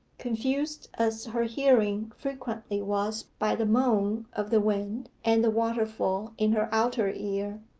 confused as her hearing frequently was by the moan of the wind and the waterfall in her outer ear,